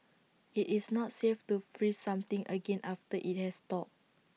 IT is not safe to freeze something again after IT has thawed